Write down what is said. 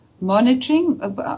Monitoring